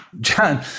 John